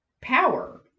power